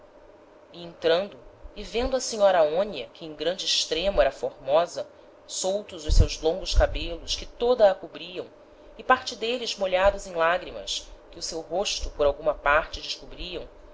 entrando e vendo a senhora aonia que em grande extremo era formosa soltos os seus longos cabelos que toda a cobriam e parte d'êles molhados em lagrimas que o seu rosto por alguma parte descobriam